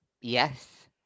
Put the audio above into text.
Yes